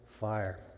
fire